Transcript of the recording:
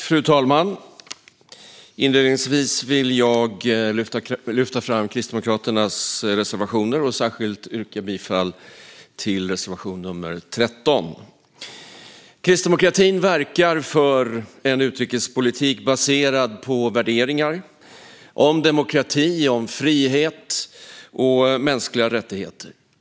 Fru talman! Inledningsvis vill jag lyfta fram Kristdemokraternas reservationer och särskilt yrka bifall till reservation nr 13. Kristdemokratin verkar för en utrikespolitik baserad på värderingar som demokrati, frihet och mänskliga rättigheter.